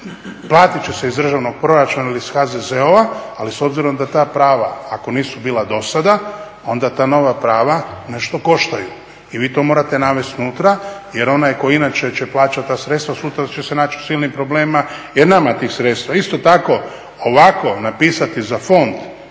platit će se iz državnog proračuna ili HZZO-a, ali s obzirom da ta prava ako nisu bila do sada onda ta nova prava nešto koštaju i vi to morate navest unutra jer onaj tko inače će plaćat ta sredstva sutra će se naći u silnim problemima jer nema tih sredstava. Isto tako, ovako napisati za fond